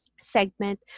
Segment